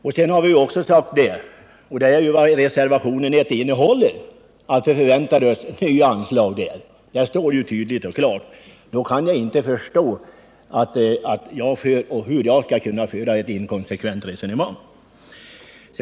Vi har i reservationen 1 också sagt att vi förväntar oss nya anslag i den väntade skogspropositionen; det står tydligt och klart. Jag kan inte förstå att detta är ett inkonsekvent resonemang.